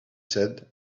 said